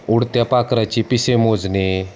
उडत्या पाखराची पिसे मोजणे